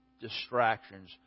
distractions